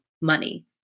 money